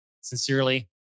Sincerely